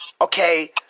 okay